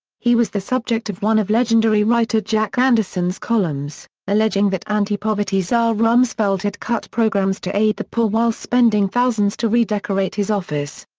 he was the subject of one of legendary writer jack anderson's columns, alleging that anti-poverty czar rumsfeld had cut programs to aid the poor while spending thousands to redecorate his office.